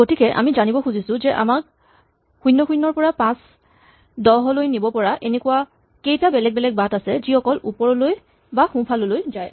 গতিকে আমি জানিব খুজিছো যে আমাক ০০ ৰ পৰা ৫১০ লৈ নিব পৰা এনেকুৱা কেইটা বেলেগ বেলেগ বাট আছে যি অকল ওপৰলৈ বা সোঁফাললৈ যায়